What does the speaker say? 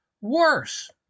worse